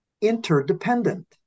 interdependent